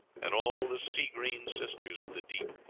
and all the sea-green sisters of the deep.